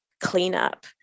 cleanup